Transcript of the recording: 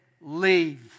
Leave